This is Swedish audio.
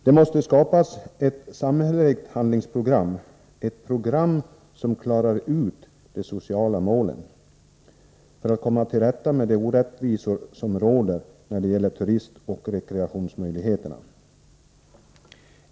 Det måste skapas ett samhälleligt ”handlingsprogram” — ett program som klarar ut de sociala målen — för att man skall kunna komma till rätta med de orättvisor som råder när det gäller turistoch rekreationsmöjligheterna.